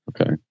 Okay